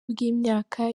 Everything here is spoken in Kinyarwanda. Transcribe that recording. bw’imyaka